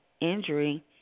injury